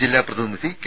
ജില്ലാ പ്രതിനിധി കെ